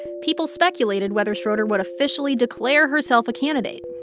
people speculated whether schroeder would officially declare herself a candidate.